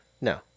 No